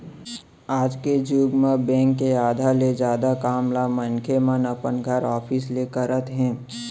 आज के जुग म बेंक के आधा ले जादा काम ल मनखे मन अपन घर, ऑफिस ले करत हे